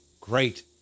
great